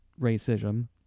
racism